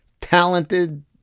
talented